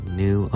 new